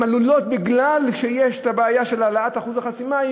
בגלל הבעיה של העלאת אחוז החסימה,